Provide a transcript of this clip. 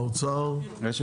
רשות